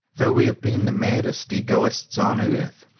though we have been the maddest egoists on earth,